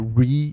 re